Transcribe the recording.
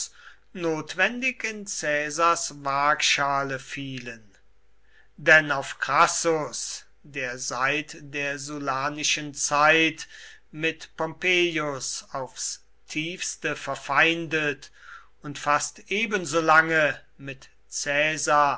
notwendig in caesars waagschale fielen denn auf crassus der seit der sullanischen zeit mit pompeius aufs tiefste verfeindet und fast ebensolange mit